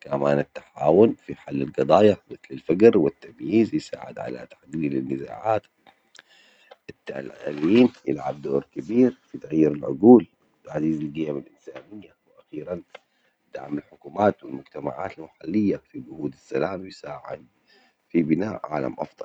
،كمان التحاور في حل الجضايا مثل الفقر والتمييز يساعد على تجليل النزاعات ال يلعب دور كبير في تغيير العقول وتعزيز القيم الإنسانية، وأخيرًا دعم الحكومات والمجتمعات المحلية في جهود السلام يساعد في بناء عالم أفضل.